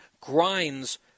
grinds